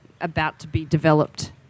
about-to-be-developed